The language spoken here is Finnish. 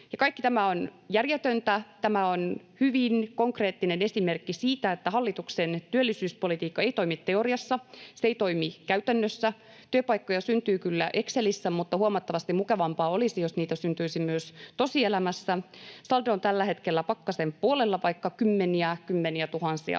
Kaikki tämä on järjetöntä, tämä on hyvin konkreettinen esimerkki siitä, että hallituksen työllisyyspolitiikka ei toimi teoriassa, se ei toimi käytännössä. Työpaikkoja syntyy kyllä Excelissä, mutta huomattavasti mukavampaa olisi, jos niitä syntyisi myös tosielämässä. Saldo on tällä hetkellä pakkasen puolella, vaikka kymmeniä-, kymmeniätuhansia